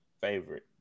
favorite